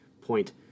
point